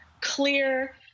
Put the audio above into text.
clear